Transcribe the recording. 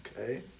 Okay